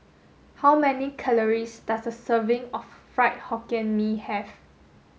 how many calories does a serving of Fried Hokkien Mee have